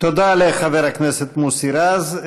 תודה לחבר הכנסת מוסי רז.